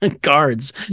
guards